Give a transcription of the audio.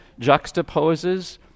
juxtaposes